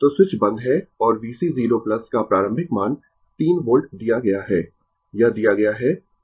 तो स्विच बंद है और VC 0 का प्रारंभिक मान 3 वोल्ट दिया गया है यह दिया गया है